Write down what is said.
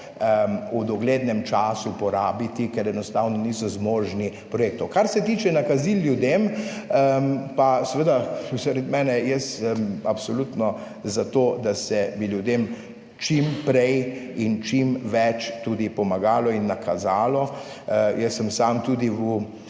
v doglednem času porabiti, ker enostavno niso zmožni projektov. Kar se tiče nakazil ljudem, pa seveda zaradi mene, jaz sem absolutno za to, da se bi ljudem čim prej in čim več tudi pomagalo in nakazalo. Jaz sem sam tudi v